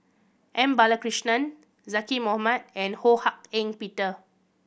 M Balakrishnan Zaqy Mohamad and Ho Hak Ean Peter